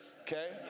Okay